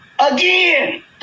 again